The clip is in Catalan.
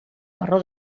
marró